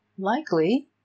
Likely